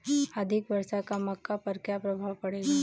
अधिक वर्षा का मक्का पर क्या प्रभाव पड़ेगा?